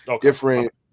Different